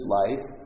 life